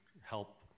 help